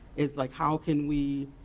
is like how can we.